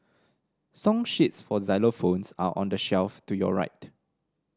song sheets for xylophones are on the shelf to your right